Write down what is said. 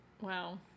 Wow